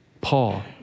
paul